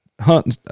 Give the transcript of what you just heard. hunting